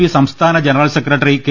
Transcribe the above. P സംസ്ഥാന general secretary K